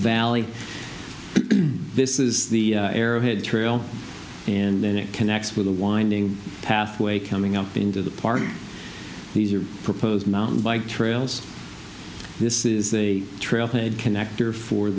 valley this is the arrowhead trail and then it connects with a winding pathway coming up into the park these are proposed mountain bike trails this is the trailhead connector for